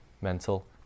mental